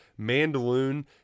Mandaloon